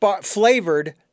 flavored